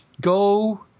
go